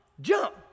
jump